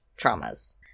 traumas